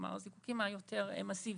כלומר הזיקוקין היותר מאסיביים.